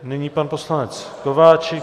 Nyní pan poslanec Kováčik.